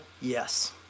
Yes